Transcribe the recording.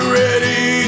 ready